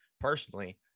personally